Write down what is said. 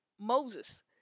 Moses